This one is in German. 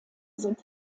sind